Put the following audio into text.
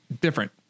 different